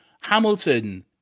Hamilton